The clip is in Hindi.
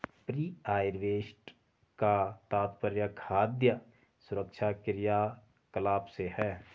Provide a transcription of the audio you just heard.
प्री हार्वेस्ट का तात्पर्य खाद्य सुरक्षा क्रियाकलाप से है